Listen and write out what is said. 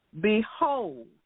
Behold